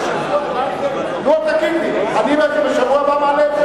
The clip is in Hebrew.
תהיה חקיקה בשבוע הבא?